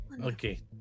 Okay